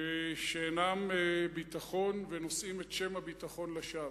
שאינם ביטחון, ונושאים את שם הביטחון לשווא.